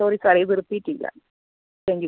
sorry sir ഇത് repeat ചെയ്യില്ല thank you